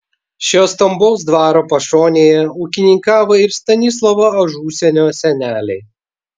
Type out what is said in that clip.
šio stambaus dvaro pašonėje ūkininkavo ir stanislovo ažusienio seneliai